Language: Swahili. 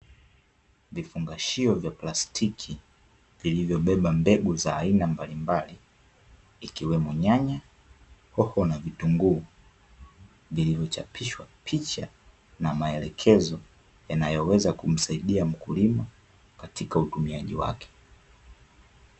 Vifungashio vya plasitiki vilivyobeba mbengu za aina mbalimbali, ikiwemo nyanya ,hoho na vitunguu; vilivyochapishwa picha, na maelekezo yanayoweza kumsaidia mkulima katika utumiaji wake.